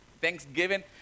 Thanksgiving